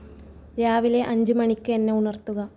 രാവിലെ അഞ്ച് മണിക്ക് എന്ന് ഉണർത്തുക